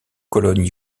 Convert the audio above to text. colonnes